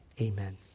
Amen